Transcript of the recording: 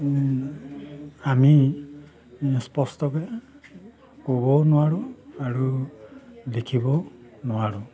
আমি স্পষ্টকৈ ক'বও নোৱাৰোঁ আৰু লিখিবও নোৱাৰোঁ